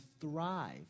thrive